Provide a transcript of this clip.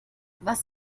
was